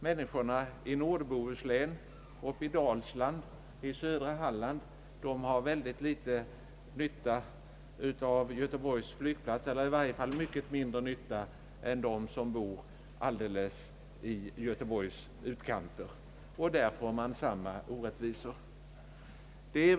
Människorna i Nordbohuslän, Dalsland och södra Halland har mycket mindre nytta av Göteborgs flygplats än de som bor i Göteborgs förorter. Då får man samma orättvisor igen.